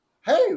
Hey